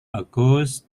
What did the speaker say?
august